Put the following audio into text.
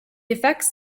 effects